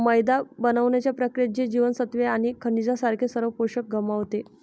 मैदा बनवण्याच्या प्रक्रियेत, ते जीवनसत्त्वे आणि खनिजांसारखे सर्व पोषक गमावते